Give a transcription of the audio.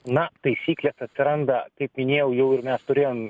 na taisyklė atsiranda kaip minėjau jau ir mes turėjom